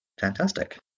Fantastic